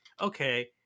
okay